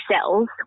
cells